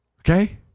okay